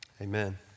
Amen